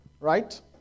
right